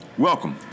Welcome